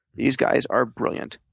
these guys are brilliant.